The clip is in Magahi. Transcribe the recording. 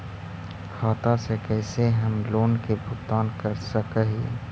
खाता से कैसे हम लोन के भुगतान कर सक हिय?